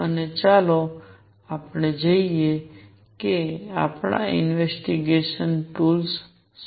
અને ચાલો આપણે જોઈએ કે આપના ઇન્વેસ્ટિગેશન ટૂલ્સ શું છે